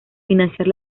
financiar